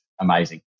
amazing